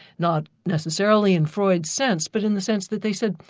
not necessarily in freud's sense, but in the sense that they said,